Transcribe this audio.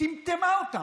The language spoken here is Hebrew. טמטמה אותם.